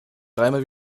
dreimal